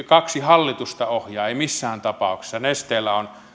kaksi hallitusta ohjaa ei missään tapauksessa